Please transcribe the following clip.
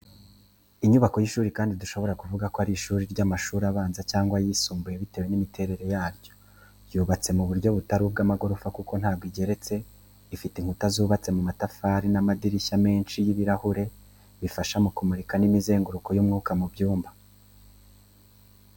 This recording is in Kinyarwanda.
Inyubako y’ishuri kandi dushobora kuvuga ko ari ishuri ry’amashuri abanza cyangwa ayisumbuye, bitewe n'imiterere yaryo. Yubatse mu buryo butari ubw'amagorofa kuko ntago igeretse ifite inkuta zubatswe mu matafari n’amadirishya menshi y’ibirahure bifasha kumurika n’imizenguruko y’umwuka mu byumba.